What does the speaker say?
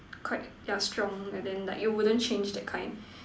quite yeah strong and then like you wouldn't change that kind